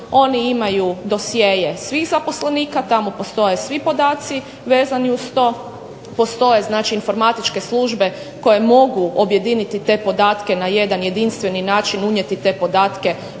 oni imaju dosjee svih zaposlenika, tamo postoje svi podaci vezani uz to, postoje znači informatičke službe koje mogu objediniti te podatke na jedan jedinstveni način unijeti te u podatke